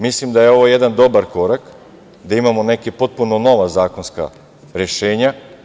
Mislim da je ovo jedan dobar korak da imamo neka potpuno nova zakonska rešenja.